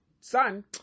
son